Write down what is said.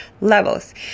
levels